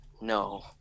No